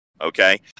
Okay